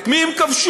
את מי הם כבשו?